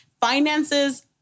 finances